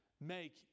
make